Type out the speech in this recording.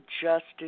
justice